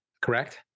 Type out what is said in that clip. correct